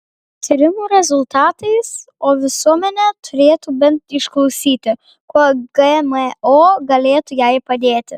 tyrimų rezultatais o visuomenė turėtų bent išklausyti kuo gmo galėtų jai padėti